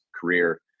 career